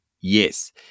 yes